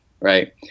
right